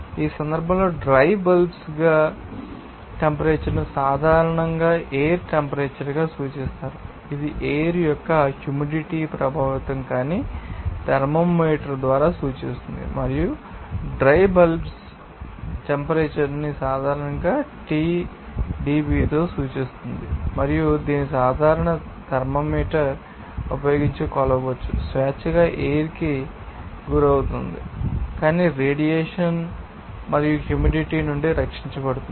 ఈ సందర్భంలో dry bulb temperature ను సాధారణంగా ఎయిర్ టెంపరేచర్ గా సూచిస్తారు ఇది ఎయిర్ యొక్క హ్యూమిడిటీతో ప్రభావితం కాని థర్మామీటర్ ద్వారా సూచిస్తుంది మరియు డ్రై బల్బ్ టెంపరేచర్ ను సాధారణంగా Tdb సూచిస్తుంది మరియు దీనిని సాధారణ థర్మామీటర్ ఉపయోగించి కొలవవచ్చు స్వేచ్ఛగా ఎయిర్ కి గురవుతుంది కాని రేడియేషన్ మరియు హ్యూమిడిటీ నుండి రక్షించబడుతుంది